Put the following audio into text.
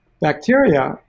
bacteria